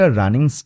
running